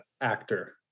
actor